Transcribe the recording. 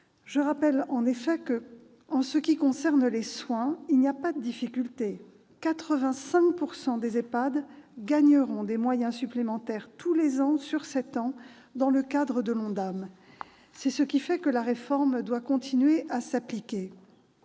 variable selon les territoires. Concernant les soins, en effet, il n'y a pas de difficulté : 85 % des EHPAD gagneront des moyens supplémentaires tous les ans sur sept ans dans le cadre de l'ONDAM. C'est ce qui fait que la réforme doit continuer à s'appliquer.